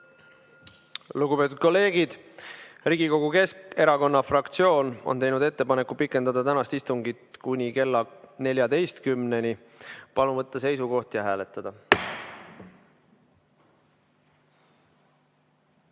Lugupeetud kolleegid, Riigikogu Keskerakonna fraktsioon on teinud ettepaneku pikendada tänast istungit kuni kella 14-ni. Palun võtta seisukoht ja hääletada!